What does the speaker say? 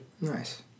Nice